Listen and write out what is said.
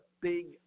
big